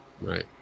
Right